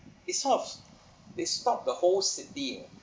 it stops they stop the whole city ah